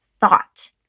thought